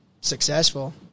successful